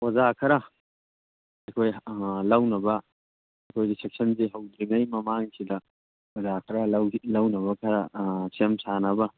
ꯑꯣꯖꯥ ꯈꯔꯥ ꯑꯩꯈꯣꯏ ꯂꯧꯅꯕ ꯑꯩꯈꯣꯏꯒꯤ ꯁꯦꯁꯟꯁꯤ ꯍꯧꯗ꯭ꯔꯤꯉꯩ ꯃꯃꯥꯡꯁꯤꯗ ꯑꯣꯖꯥ ꯈꯔ ꯂꯧꯅꯕ ꯈꯔꯥ ꯁꯦꯝꯁꯥꯅꯕ